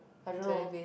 I don't know